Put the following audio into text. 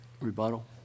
Rebuttal